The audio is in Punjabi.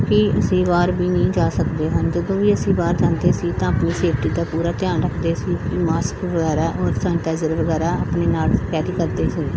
ਕਿ ਅਸੀਂ ਬਾਹਰ ਵੀ ਨਹੀਂ ਜਾ ਸਕਦੇ ਸਨ ਜਦੋਂ ਵੀ ਅਸੀਂ ਬਾਹਰ ਜਾਂਦੇ ਸੀ ਤਾਂ ਆਪਣੀ ਸੇਫਟੀ ਦਾ ਪੂਰਾ ਧਿਆਨ ਰੱਖਦੇ ਸੀ ਮਾਸਕ ਵਗੈਰਾ ਔਰ ਸੈਨਟਾਈਜ਼ਰ ਵਗੈਰਾ ਆਪਣੇ ਨਾਲ ਕੈਰੀ ਕਰਦੇ ਸੀ